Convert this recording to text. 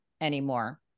anymore